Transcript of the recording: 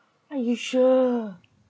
are you sure